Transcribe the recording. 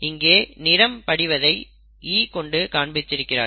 இங்கே நிறம் படிவதை E கொண்டு காண்பித்திருக்கிறார்கள்